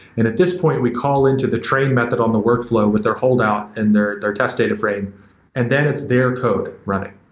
and at this point, we call into the train method on the workflow with their hold out and their their test data frame and then it's their code running,